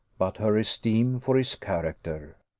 but her esteem for his character.